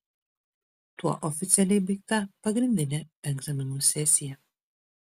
tuo oficialiai baigta pagrindinė egzaminų sesija